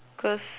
cause